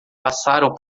passaram